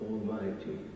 Almighty